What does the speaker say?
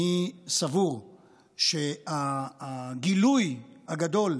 אני סבור שהגילוי הגדול,